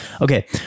okay